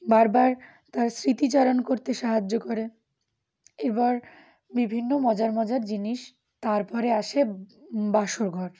বারবার তার স্মৃতিচারণ করতে সাহায্য করে এবার বিভিন্ন মজার মজার জিনিস তারপরে আসে বাসরঘর